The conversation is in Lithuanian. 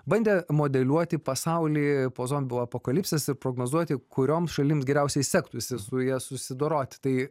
bandė modeliuoti pasaulį po zombių apokalipsės ir prognozuoti kurioms šalims geriausiai sektųsi su ja susidoroti tai